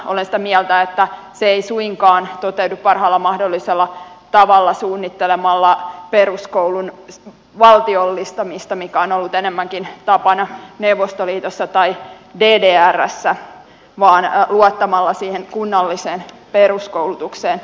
olen sitä mieltä että se ei suinkaan toteudu parhaalla mahdollisella tavalla suunnittelemalla peruskoulun valtiollistamista mikä on ollut enemmänkin tapana neuvostoliitossa tai ddrssä vaan luottamalla siihen kunnalliseen peruskoulutukseen